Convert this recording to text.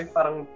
Parang